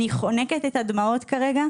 אני חונקת את הדמעות כרגע.